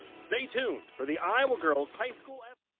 stay tuned for the iowa girls high school